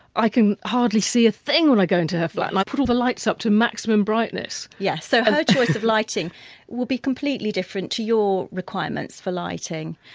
i can hardly see a thing when i go into her flat and i put all the lights up to maximum brightness yes, so her choice of lighting will be completely different to your requirements for lighting.